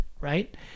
right